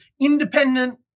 independent